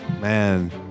Man